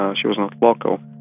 um she was a local,